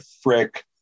Frick